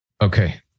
Okay